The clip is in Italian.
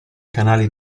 canali